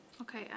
okay